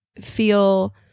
feel